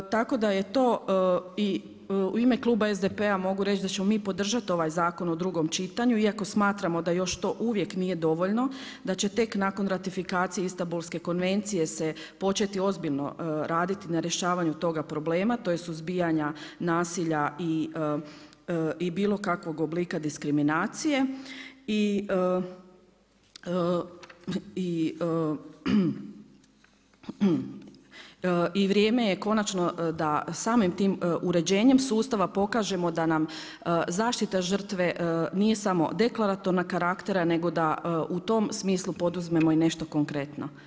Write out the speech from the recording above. Tako da je to i u ime kluba SDP-a mogu reći da ćemo mi podržati ovaj zakon u drugom čitanju iako smatramo da još to uvijek nije dovoljno, da će tek nakon ratifikacije Istanbulske konvencije se početi ozbiljno raditi na rješavanju toga problema, tj. suzbijanja nasilja i bilo kakvog oblika diskriminacije i vrijeme je konačno da samim tim uređenjem sustava pokažemo da nam zaštita žrtve nije samo deklaratorna karaktera nego da u tom smislu poduzmemo i nešto konkretno.